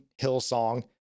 Hillsong